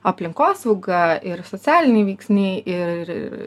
aplinkosauga ir socialiniai veiksniai ir